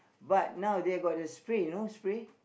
but nowaday I got the spray you know spray